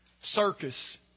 circus